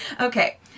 Okay